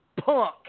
punk